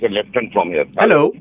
Hello